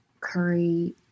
curry